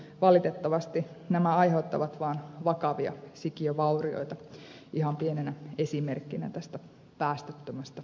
valitettavasti nämä vain aiheuttavat vakavia sikiövaurioita ihan pienenä esimerkkinä tästä päästöttömästä energiasta